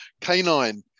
Canine